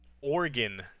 Oregon